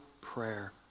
prayer